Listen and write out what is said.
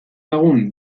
lagun